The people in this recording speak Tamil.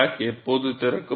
கிராக் எப்போது திறக்கும்